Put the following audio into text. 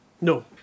No